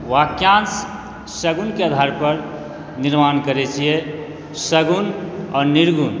वाक्याँश सगुणके आधारपर निर्माण करै छिए सगुण आओर निर्गुण